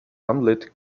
unlit